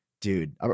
dude